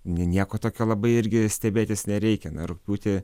nieko tokio labai irgi stebėtis nereikia na rugpjūtį